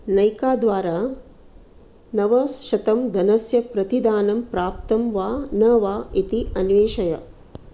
अनेका द्वारा नवशतं धनस्य प्रतिदानं प्राप्तं वा न वा इति अन्वेषय